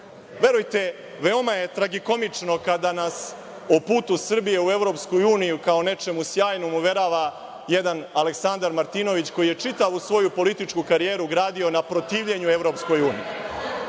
Brisela. Verujte, veoma je tragikomično kada nas o putu Srbije u Evropsku uniju kao o nečemu sjajnom uverava jedan Aleksandar Martinović, koji je čitavu svoju političku karijeru gradio na protivljenju